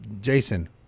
jason